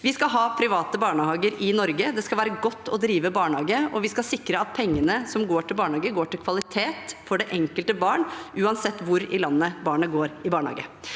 Vi skal ha private barnehager i Norge, det skal være godt å drive barnehage, og vi skal sikre at pengene som går til barnehage, går til kvalitet for det enkelte barn uansett hvor i landet barnet går i barnehage.